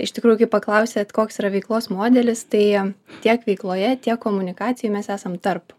iš tikrųjų kai paklausėt koks yra veiklos modelis tai tiek veikloje tiek komunikacijoj mes esam tarp